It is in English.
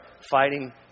fighting